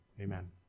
Amen